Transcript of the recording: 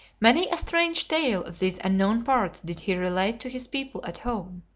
many a strange tale of these unknown parts did he relate to his people at home.